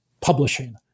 publishing